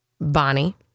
Bonnie